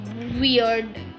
weird